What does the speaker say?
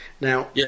Now